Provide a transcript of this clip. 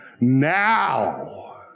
now